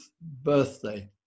birthday